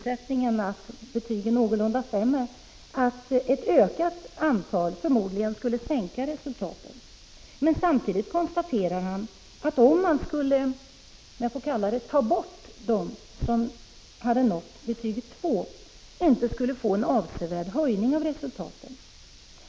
Han säger vidare att ett ökat antal förmodligen skulle sänka resultaten — men samtidigt konstaterar han att om man skulle ”ta bort” fåtalet, skulle det inte leda till en avsevärd höjning av resultaten.